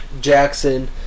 Jackson